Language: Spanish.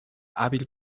hábil